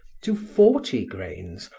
to forty grains,